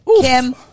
Kim